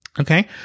Okay